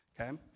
Okay